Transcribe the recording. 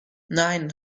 nein